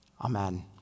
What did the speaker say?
Amen